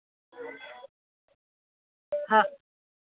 ꯍꯥ